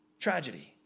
tragedy